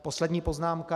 Poslední poznámka.